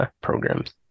programs